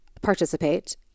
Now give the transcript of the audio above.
participate